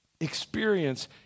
Experience